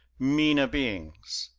meaner beings.